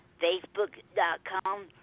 facebook.com